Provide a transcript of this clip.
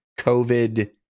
covid